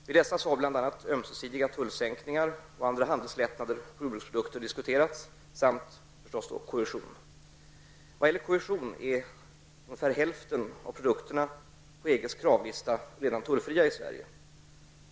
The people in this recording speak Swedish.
Vid dessa har bl.a. ömsesidiga tullsänkningar och andra handelslättnader på jordbruksprodukter diskuterats samt cohesion. Vad gäller cohesion är cirka hälften av produkterna på EGs kravlista redan tullfria i Sverige.